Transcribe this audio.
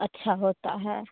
अच्छा होता हे